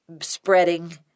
spreading